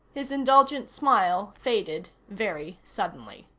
his indulgent smile faded very suddenly.